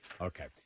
Okay